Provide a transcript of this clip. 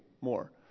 more